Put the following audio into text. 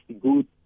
good